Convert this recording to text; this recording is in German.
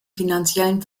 finanziellen